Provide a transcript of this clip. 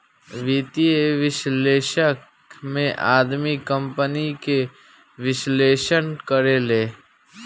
वित्तीय विश्लेषक में आदमी कंपनी के विश्लेषण करेले